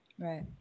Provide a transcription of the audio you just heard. Right